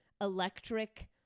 electric